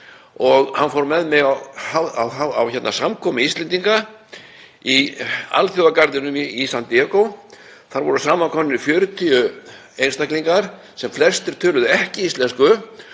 og hann fór með mig á samkomu Íslendinga í alþjóðagarðinum í San Diego. Þar voru samankomnir 40 einstaklingar sem flestir töluðu ekki íslensku